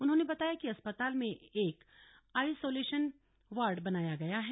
उन्होंने बताया कि अस्पताल में एक आईसोलेशन वार्ड बनाया गया है